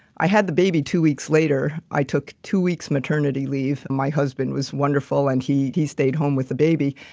i had the baby. two weeks later, i took two weeks maternity leave. my husband was wonderful and he he stayed home with the baby.